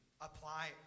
apply